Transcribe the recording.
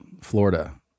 Florida